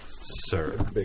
sir